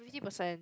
fifty percent